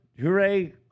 Hooray